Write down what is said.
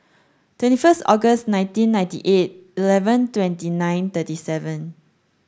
twenty first August nineteen ninety eight eleven twenty nine thirty seven